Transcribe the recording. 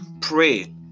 pray